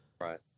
Right